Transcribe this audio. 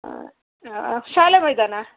ಶಾಲೆ ಮೈದಾನ